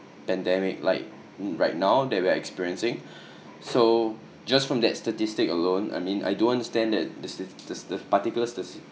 pandemic like right now that we are experiencing so just from that statistic alone I mean I don't understand that the statist~ the stat~ particular statis~ statistic